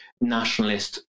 nationalist